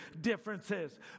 differences